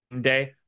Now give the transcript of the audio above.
day